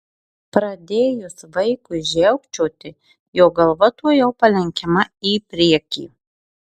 pradėjus vaikui žiaukčioti jo galva tuojau palenkiama į priekį